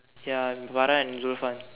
ya with Farah and Zulfan